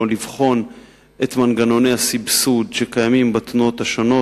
או לבחון את מנגנוני הסבסוד שקיימים בתנועות השונות,